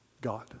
God